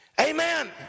Amen